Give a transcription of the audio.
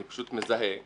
אני פשוט מזהה,